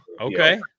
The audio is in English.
okay